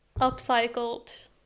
upcycled